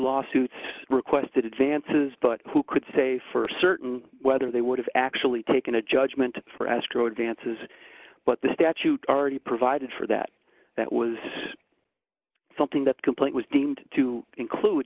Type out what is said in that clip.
lawsuits requested advances but who could say for certain whether they would have actually taken a judgment for astro advances but the statute already provided for that that was something that complaint was deemed to include